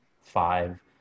five